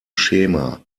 schema